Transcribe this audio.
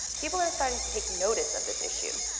people are starting to take notice of this issue.